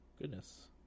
goodness